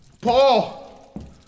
Paul